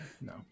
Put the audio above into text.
No